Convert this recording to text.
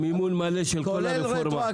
ומימון מלא של כל הרפורמה.